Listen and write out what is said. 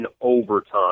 overtime